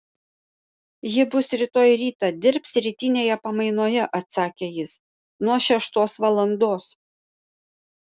ji bus rytoj rytą dirbs rytinėje pamainoje atsakė jis nuo šeštos valandos